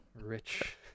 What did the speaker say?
rich